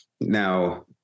now